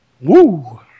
Woo